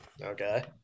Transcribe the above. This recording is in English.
okay